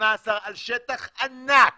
18 על שטח ענק